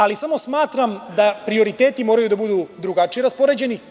Ali, samo smatram da prioriteti treba da budu drugačije raspoređeni.